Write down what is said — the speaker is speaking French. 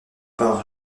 par